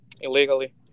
illegally